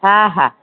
हा हा